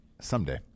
Someday